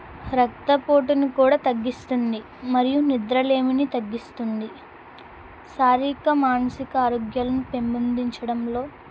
రక్త పోటుని కూడా తగ్గిస్తుంది మరియు నిద్రలేమిని తగ్గిస్తుంది శారీరిక మానసిక ఆరోగ్యాలను పెంపొందించడంలో